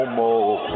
more